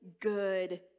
good